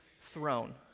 throne